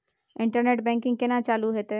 Internet banking केना चालू हेते?